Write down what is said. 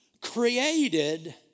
created